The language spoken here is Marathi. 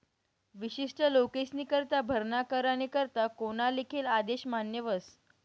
विशिष्ट लोकेस्नीकरता भरणा करानी करता कोना लिखेल आदेश मान्य व्हस